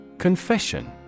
Confession